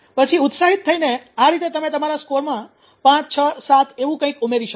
પછી ઉત્સાહિત થઈને આ રીતે તમે તમારા સ્કોરમાં 5 6 7 એવું કંઈક ઉમેરી શકો